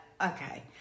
okay